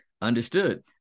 Understood